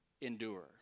endure